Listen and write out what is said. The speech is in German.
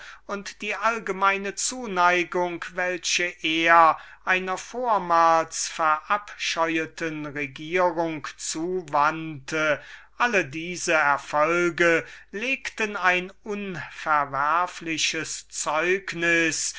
und die allgemeine zuneigung welche er einer vormals verabscheueten regierung zuwandte alles dieses legte ein unverwerfliches zeugnis